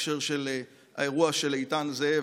בהקשר של האירוע של איתן זאב,